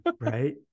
Right